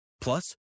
Plus